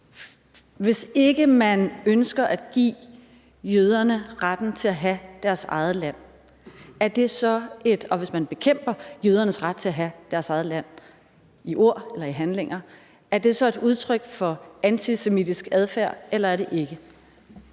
Hvis man ikke ønsker at give jøderne retten til at have deres eget land, og hvis man bekæmper jødernes ret til at have deres eget land i ord eller handling, er det så et udtryk for antisemitisk adfærd, eller er det ikke?